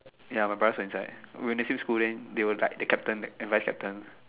ya my brothers enjoy it when they swim in school right they were captain and vice captain